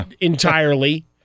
entirely